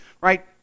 right